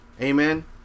Amen